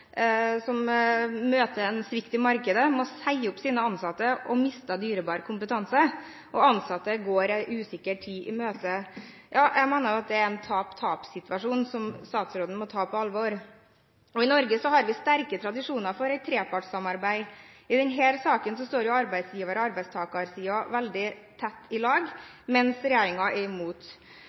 som møter en svikt i markedet, må si opp sine ansatte og mister dyrebar kompetanse, og ansatte går en usikker tid i møte. Jeg mener at det er en tap-tap-situasjon som statsråden må ta på alvor. I Norge har vi sterke tradisjoner for et trepartssamarbeid. I denne saken står jo arbeidsgiver- og arbeidstakersiden i lag, mens regjeringen er imot.